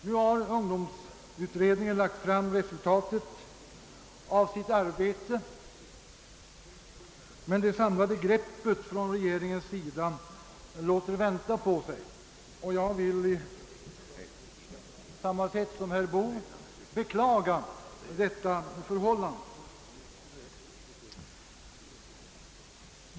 Nu har ungdomsutredningen lagt fram resultatet av sitt arbete, men det samlade greppet från regeringens sida låter vänta på sig. Jag vill i likhet med herr Boo beklaga detta förhållande.